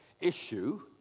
issue